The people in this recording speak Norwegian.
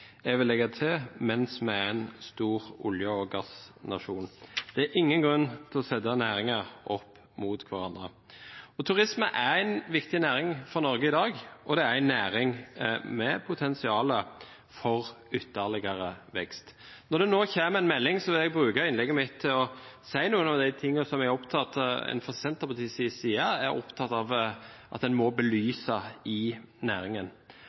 jeg vil legge til: mens vi er en stor olje- og gassnasjon. Det er ingen grunn til å sette næringer opp mot hverandre. Turisme er en viktig næring for Norge i dag, og det er en næring med potensial for ytterligere vekst. Når det nå kommer en melding, vil jeg bruke innlegget mitt til å si noe om det vi fra Senterpartiets side er opptatt av at en må belyse i næringen,